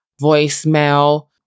voicemail